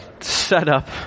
setup